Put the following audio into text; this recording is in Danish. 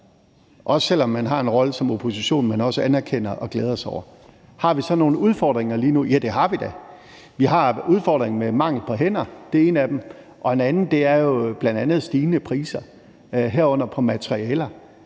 også selv om man har en rolle som opposition, også anerkender og glæder sig over. Har vi så nogle udfordringer lige nu? Ja, det har vi da. Vi har udfordringen med mangel på hænder, som er en af dem, og en anden er bl.a. stigende priser, herunder på materialer